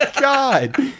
god